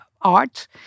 art